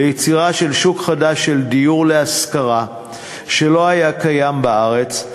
ליצירה של שוק חדש של דיור להשכרה שלא היה קיים בארץ,